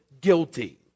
guilty